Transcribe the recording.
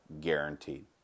guaranteed